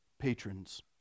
Patrons